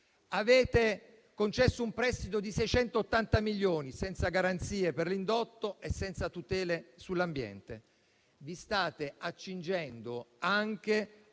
Avete concesso un prestito di 680 milioni senza garanzie per l'indotto e senza tutele sull'ambiente. Vi state accingendo anche